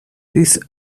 this